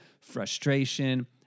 frustration